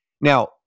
Now